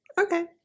Okay